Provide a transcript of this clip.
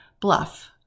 Bluff